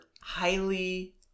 highly